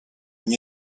when